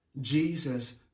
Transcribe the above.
Jesus